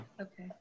Okay